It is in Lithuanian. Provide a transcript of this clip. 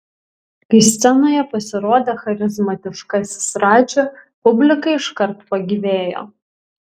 kai scenoje pasirodė charizmatiškasis radži publika iškart pagyvėjo